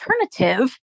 alternative